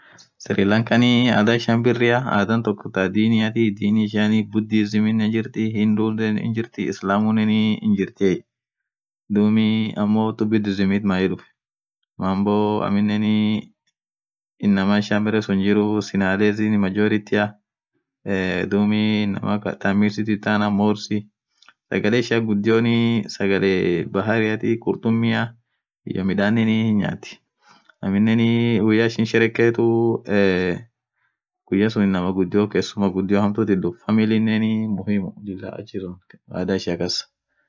Serilankaan adhaa ishian birria adhaan toko. thaa diniathi dini ishiani budisium hinjirthii hindunen hinjirthii islamunen hinjirthiiye dub ammo budisium mayye dhufe mambo aminenniii inamaa ishia berre sunn jiruu sinales majority we dhubii inamaa akaa tarmiss ithi ithaana morsii sagale ishian ghudionii sagale bahariathi khurtummi iyyo midhane hin nyathi aminen guyya ishin sherekethu ee guyaa suun inamaa ghudio kessuma ghudiothi itdhufaa familinen lila achisun adhaaa ishia kas